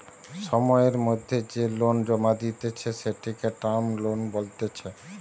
সময়ের মধ্যে যে লোন জমা দিতেছে, সেটিকে টার্ম লোন বলতিছে